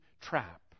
trap